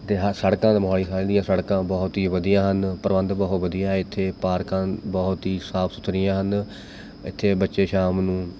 ਅਤੇ ਹਾਂ ਸੜਕਾਂ ਤਾਂ ਮੋਹਾਲੀ ਸ਼ਹਿਰ ਦੀਆਂ ਸੜਕਾਂ ਬਹੁਤ ਹੀ ਵਧੀਆ ਹਨ ਪ੍ਰਬੰਧ ਬਹੁਤ ਵਧੀਆ ਇੱਥੇ ਪਾਰਕਾਂ ਬਹੁਤ ਹੀ ਸਾਫ਼ ਸੁਥਰੀਆਂ ਹਨ ਇੱਥੇ ਬੱਚੇ ਸ਼ਾਮ ਨੂੰ